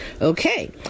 okay